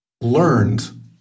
learned